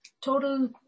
total